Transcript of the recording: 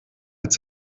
als